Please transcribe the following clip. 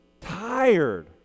tired